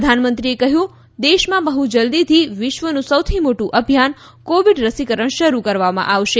પ્રધાનમંત્રીએ કહ્યું દેશમાં બહ્ જલ્દીથી વિશ્વનું સૌથી મોટું અભિયાન કોવિડ રસીકરણ શરૂ કરવામાં આવશે